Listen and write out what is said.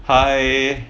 hi